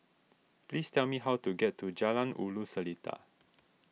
please tell me how to get to Jalan Ulu Seletar